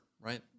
Right